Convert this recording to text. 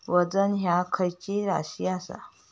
वजन ह्या खैची राशी असा?